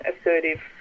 assertive